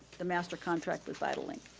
the master contract with vital link.